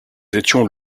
étions